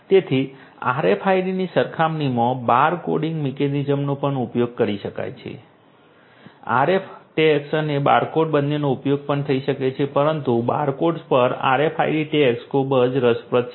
તેથી RFID ની સરખામણીમાં બાર કોડિંગ મિકેનિઝમ્સનો પણ ઉપયોગ કરી શકાય છે RFID ટૅગ્સ અને બારકોડ્સ બંનેનો ઉપયોગ પણ થઈ શકે છે પરંતુ બારકોડ્સ પર RFID ટૅગ્સ ખૂબ જ રસપ્રદ છે